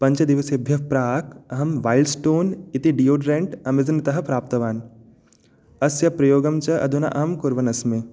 पञ्चदिवसेभ्यः प्राक् अहं wild stone इति डियोडोरेन्ट् अमेज़ान् तः प्राप्तवान् अस्य प्रयोगं च अधुना अहं कुर्वन्नस्मि